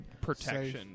protection